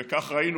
וראינו,